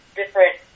different